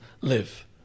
live